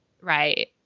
Right